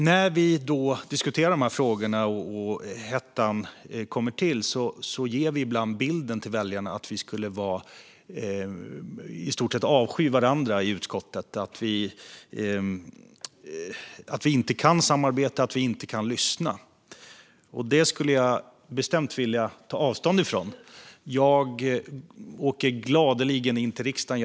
När vi diskuterar dessa frågor och hetta uppstår ger vi ibland väljarna bilden av att vi i stort sett avskyr varandra i utskottet, att vi inte kan samarbeta och att vi inte kan lyssna. Det skulle jag bestämt vilja ta avstånd från. Jag åker gladeligen till riksdagen.